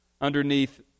underneath